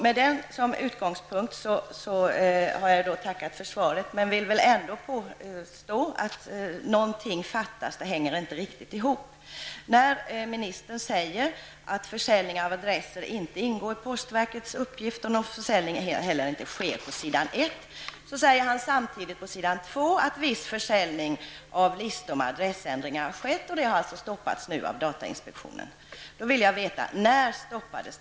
Med denna utgångspunkt har jag tackat för svaret. Men jag vill ändå påstå att något fattas. Svaret hänger inte riktigt ihop. Ministern säger på s. 1 att försäljningen av adresser inte ingår i postverkets uppgifter och att någon försäljning inte heller sker. Han säger också att viss försäljning av listor med adressändringar har skett men att denna försäljning nu har stoppats av datainspektionen. Jag vill då veta när detta stoppades.